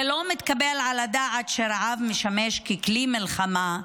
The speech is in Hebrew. זה לא מתקבל על הדעת שרעב משמש ככלי מלחמה.